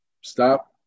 Stop